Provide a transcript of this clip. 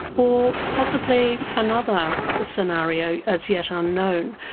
or possibly another scenario as yet unknown.